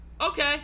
Okay